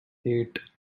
eight